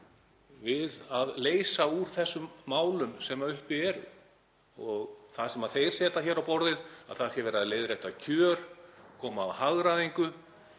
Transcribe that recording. við að leysa úr þessum málum sem uppi eru. Það sem þeir setja á borðið, að það sé verið að leiðrétta kjör, koma á hagræðingu